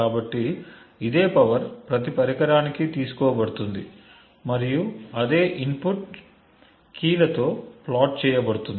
కాబట్టి ఇదే పవర్ ప్రతి పరికరానికి తీసుకోబడుతుంది మరియు అదే ఇన్పుట్ కీ లతో ప్లాట్ చేయబడుతుంది